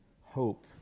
hope